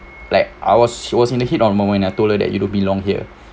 like I was I was in the heat of the moment I told her that you don't belong here you know